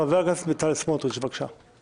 חבר הכנסת בצלאל סמוטריץ', בבקשה.